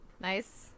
nice